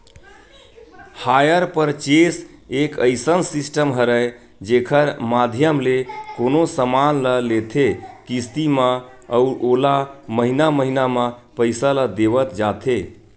hire purchase एक अइसन system हरय जेखर माधियम ले कोनो समान ल लेथे किस्ती म अउ ओला महिना महिना म पइसा ल देवत जाथे